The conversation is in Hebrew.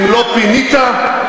אבל מבחינתכם, למה?